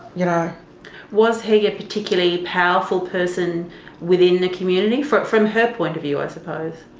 you know was he a particularly powerful person within the community, from from her point of view i suppose?